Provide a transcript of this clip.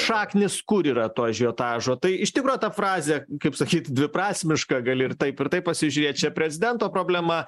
šaknys kur yra to ažiotažo tai iš tikro ta frazė kaip sakyt dviprasmiška gali ir taip ir taip pasižiūrėt čia prezidento problema